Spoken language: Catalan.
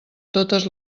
totes